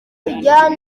tujyane